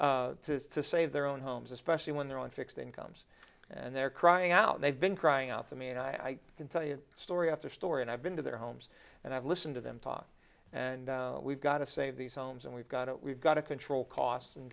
struggling to save their own homes especially when they're on fixed incomes and they're crying out they've been crying out to me and i can tell you story after story and i've been to their homes and i've listened to them talk and we've got to save these homes and we've got it we've got to control costs and